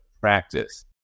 practice